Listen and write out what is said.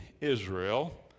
Israel